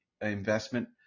investment